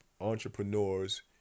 entrepreneurs